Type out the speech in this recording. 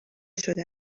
شده